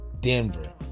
Denver